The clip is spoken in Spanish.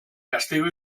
castigo